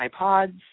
iPods